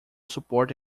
support